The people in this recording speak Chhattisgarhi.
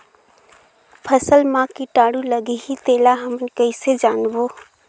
फसल मा कीटाणु लगही तेला हमन कइसे जानबो?